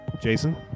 Jason